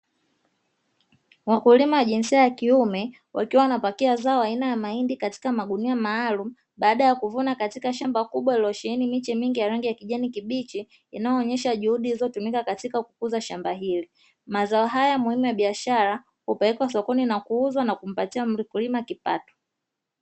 Wakulima wa jinsia ya kiume wakiwa wanapakia zao aina ya mahindi katika magunia maalumu baada ya kuvuna katika shamba kubwa lililosheheni miche mingi ya rangi ya kijani kibichi inayo onyesha juhudi zilizotumika katika kukuza shamba hili. Mazao haya muhimu ya biashara hupelekwa sokoni na kuuzwa na kumpatia mkulima kipato.